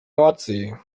nordsee